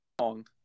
long